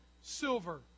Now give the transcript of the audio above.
silver